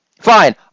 Fine